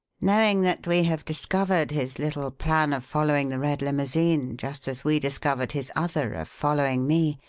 knowing that we have discovered his little plan of following the red limousine just as we discovered his other, of following me,